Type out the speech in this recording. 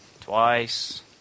Twice